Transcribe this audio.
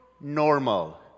Normal